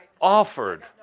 offered